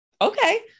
Okay